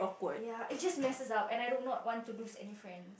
ya it just messes up and I do not want to lose any friends